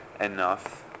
enough